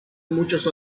muchos